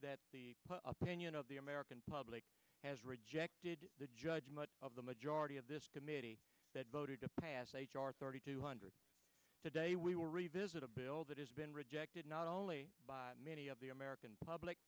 me that opinion of the american public has rejected the judge much of the majority of the committee that voted to pass h r thirty two hundred today we will revisit a bill that has been rejected not only by many of the american public